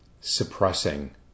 suppressing